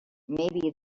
maybe